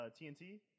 TNT